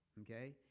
Okay